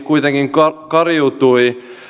kuitenkin kariutui